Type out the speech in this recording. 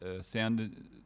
sound